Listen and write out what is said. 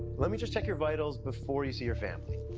let me just check your vitals before you see your family.